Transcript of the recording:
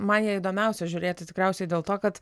man ją įdomiausia žiūrėti tikriausiai dėl to kad